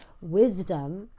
wisdom